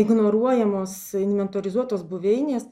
ignoruojamos inventorizuotos buveinės